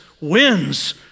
wins